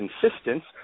consistence